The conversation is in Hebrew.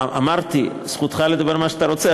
אמרתי: זכותך לדבר על מה שאתה רוצה,